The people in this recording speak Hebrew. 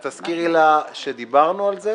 תזכירי לה שדיברנו על זה.